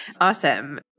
Awesome